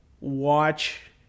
watch